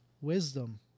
wisdom